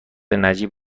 نجیب